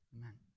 Amen